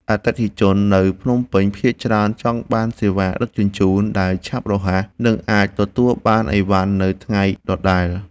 អតិថិជននៅភ្នំពេញភាគច្រើនចង់បានសេវាដឹកជញ្ជូនដែលឆាប់រហ័ស និងអាចទទួលបានអីវ៉ាន់នៅថ្ងៃដដែល។